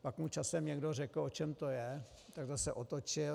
Pak mu časem někdo řekl, o čem to je, tak zase otočil.